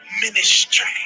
ministry